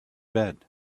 bed